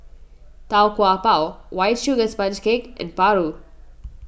Tau Kwa Pau White Sugar Sponge Cake and Paru